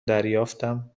دریافتم